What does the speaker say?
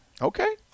Okay